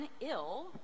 ill